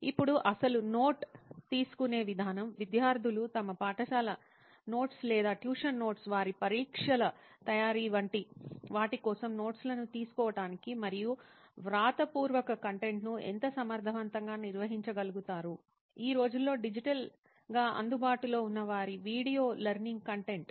ఇప్పుడు అసలు నోట్ తీసుకునే విధానం విద్యార్థులు తమ పాఠశాల నోట్స్ లేదా ట్యూషన్ నోట్స్ వారి పరీక్షల తయారీ వంటి వాటి కోసం నోట్స్ లను తీసుకోవటానికి మరియు వారి వ్రాతపూర్వక కంటెంట్ను ఎంత సమర్థవంతంగా నిర్వహించగలుగుతారు ఈ రోజుల్లో డిజిటల్గా అందుబాటులో ఉన్న వారి వీడియో లెర్నింగ్ కంటెంట్